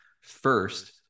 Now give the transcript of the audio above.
first